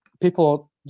people